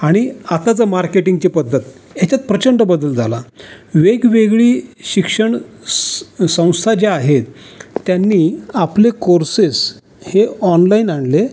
आणि आताचं मार्केटिंगची पद्धत याच्यात प्रचंड बदल झाला वेगवेगळी शिक्षण स संस्था ज्या आहेत त्यांनी आपले कोर्सेस हे ऑनलाइन आणले